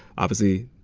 obviously,